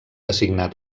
assignat